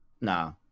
nah